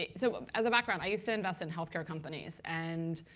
yeah so as a background, i used to invest in health care companies. and